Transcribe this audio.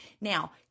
Now